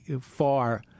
far